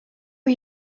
are